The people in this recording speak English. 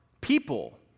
people